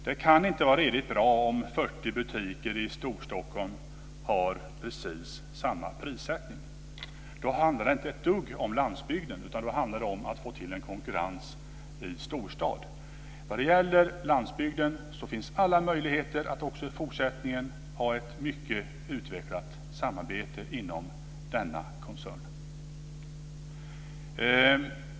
Det kan inte vara bra om 40 butiker i Storstockholm har precis samma prissättning. Då handlar det inte ett dugg om landsbygden, då handlar det om att få till stånd en konkurrens i storstad. När det gäller landsbygden finns alla möjligheter att också i fortsättningen ha ett mycket utvecklat samarbete inom denna koncern.